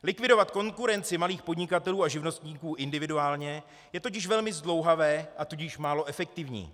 Likvidovat konkurenci malých podnikatelů a živnostníků individuálně je totiž velmi zdlouhavé, tudíž málo efektivní.